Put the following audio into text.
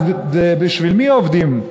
אז בשביל מי עובדים?